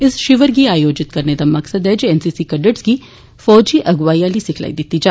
इस शिवर गी आयोजित करने दा मकसद ऐ जे एन सी सी कैडिट गी फौजी अगुवाई आली सिखलाई दिती जा